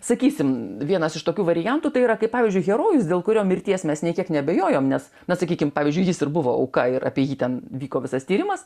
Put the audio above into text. sakysim vienas iš tokių variantų tai yra kaip pavyzdžiui herojus dėl kurio mirties mes nė kiek neabejojom nes na sakykim pavyzdžiui jis ir buvo auka ir apie jį ten vyko visas tyrimas